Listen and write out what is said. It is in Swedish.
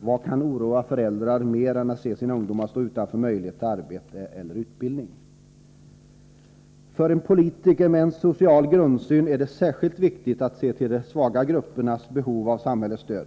Vad kan oroa föräldrar mer än att se sina ungdomar stå utanför möjligheten till arbete eller utbildning? För en politiker med en social grundsyn är det särskilt viktigt att se till de svaga gruppernas behov av samhällets stöd.